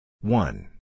One